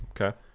Okay